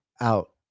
out